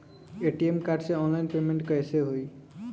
ATM card से online payment कैसे होई?